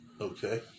okay